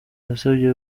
yasabye